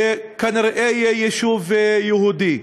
שכנראה יהיה יישוב יהודי,